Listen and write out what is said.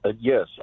Yes